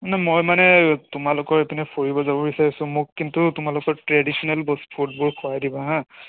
মানে মই মানে তোমালোকৰ এইপিনে ফুৰিব যাব বিচাৰিছোঁ মোক কিন্তু তোমালোকৰ ট্ৰেডিচনেল বচ ফুডবোৰ খুৱাই দিবা হাঁ